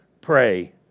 pray